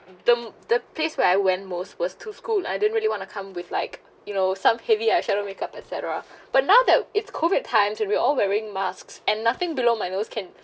the the place where I went most was to school I didn't really want to come with like you know some heavy eye shadow makeup et cetera but now that it's COVID time where we all wearing masks and nothing below my nose can